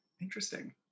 interesting